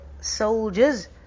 soldiers